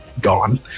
gone